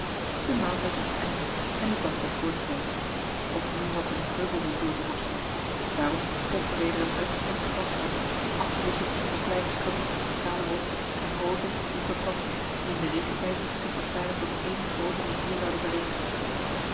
de maaltijd was geëindigd en de tocht werd voortgezet opnieuw had men een kreupelbosch door te worstelen daarop volgde weder eene uitgestrekte grasvlakte afgewisseld door kleine scrubs kale rotsen en groote diepe plassen die in den regentijd zich waarschijnlijk tot ééne groote rivier zouden vereenigen